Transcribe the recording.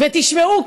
תשמעו,